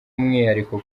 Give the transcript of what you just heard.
umwihariko